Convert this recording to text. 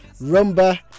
Rumba